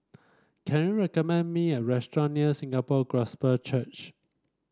can you recommend me a restaurant near Singapore Gospel Church